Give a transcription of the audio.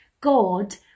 God